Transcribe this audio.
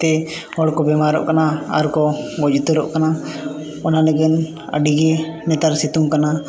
ᱛᱮ ᱦᱚᱲᱠᱚ ᱵᱮᱢᱟᱨᱚᱜ ᱠᱟᱱᱟ ᱟᱨᱠᱚ ᱜᱚᱡ ᱩᱛᱟᱹᱨᱚᱜ ᱠᱟᱱᱟ ᱚᱱᱟ ᱞᱟᱹᱜᱤᱫ ᱟᱹᱰᱤᱜᱮ ᱱᱮᱛᱟᱨ ᱥᱤᱛᱩᱝ ᱠᱟᱱᱟ